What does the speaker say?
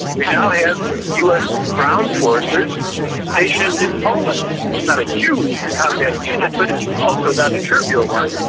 we now have us ground forces stationed in poland. it's not a huge combat unit but it's also not a trivial one.